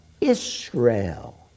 Israel